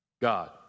God